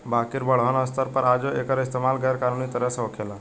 बाकिर बड़हन स्तर पर आजो एकर इस्तमाल गैर कानूनी तरह से होखेला